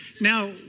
Now